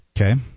Okay